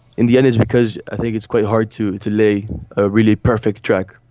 in the end it's because i think it's quite hard to to lay a really perfect track.